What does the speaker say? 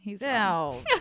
No